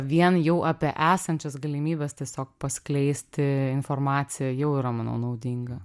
vien jau apie esančias galimybes tiesiog paskleisti informaciją jau yra manau naudinga